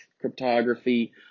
cryptography